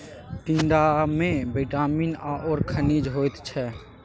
टिंडामे विटामिन आओर खनिज होइत छै